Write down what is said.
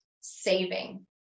saving